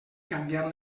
canviar